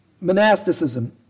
Monasticism